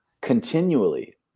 continually